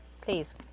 please